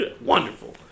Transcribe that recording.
Wonderful